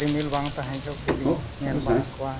ᱨᱤᱢᱤᱞ ᱵᱟᱝ ᱛᱟᱦᱮᱸ ᱡᱚᱦᱚᱜ ᱜᱮᱞᱤᱧ ᱧᱮᱞ ᱵᱟᱲᱟ ᱠᱚᱣᱟ